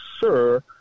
sir